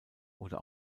oder